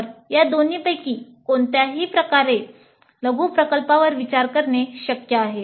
तर या दोन्हीपैकी कोणत्याही प्रकारे लघु प्रकल्पावर विचार करणे शक्य आहे